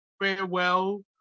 farewell